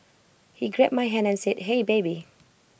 he grabbed my hand and said hey baby